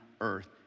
earth